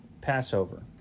Passover